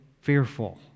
fearful